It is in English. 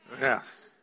yes